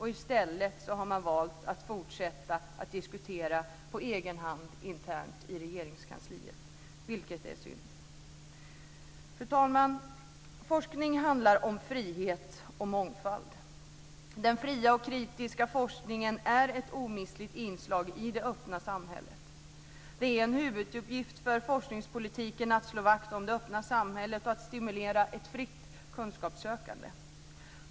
I stället har man valt att fortsätta att diskutera på egen hand internt i Regeringskansliet - vilket är synd. Fru talman! Forskning handlar om frihet och mångfald. Den fria och kritiska forskningen är ett omistligt inslag i det öppna samhället. Det är en huvuduppgift för forskningspolitiken att slå vakt om det öppna samhället och att stimulera ett fritt kunskapssökande.